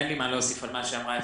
אין לי מה להוסיף על מה שאמרה אפרת,